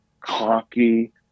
cocky